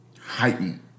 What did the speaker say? heightened